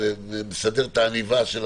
מסדר את העניבה,